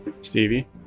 stevie